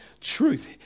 truth